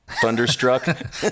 Thunderstruck